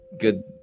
good